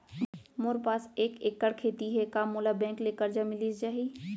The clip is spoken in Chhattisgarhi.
मोर पास एक एक्कड़ खेती हे का मोला बैंक ले करजा मिलिस जाही?